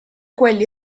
quelli